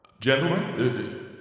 Gentlemen